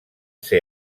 ser